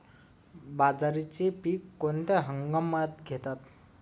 बाजरीचे पीक कोणत्या हंगामात घेतात?